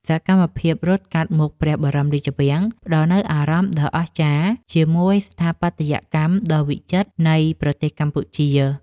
សកម្មភាពរត់កាត់មុខព្រះបរមរាជវាំង ផ្ដល់នូវអារម្មណ៍ដ៏អស្ចារ្យជាមួយស្ថាបត្យកម្មដ៏វិចិត្រនៃប្រទេសកម្ពុជា។